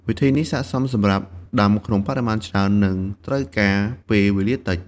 វិធីនេះស័ក្តិសមសម្រាប់ដាំក្នុងបរិមាណច្រើន និងត្រូវការពេលវេលាតិច។